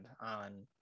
on